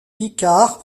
picard